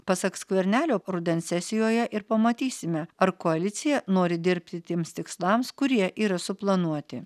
pasak skvernelio rudens sesijoje ir pamatysime ar koalicija nori dirbti tiems tikslams kurie yra suplanuoti